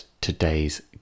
today's